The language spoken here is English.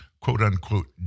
quote-unquote